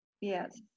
Yes